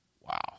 wow